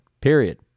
period